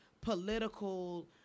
political